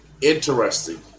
interesting